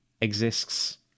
exists